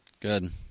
Good